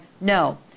No